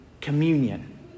communion